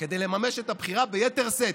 כדי לממש את הבחירה ביתר שאת,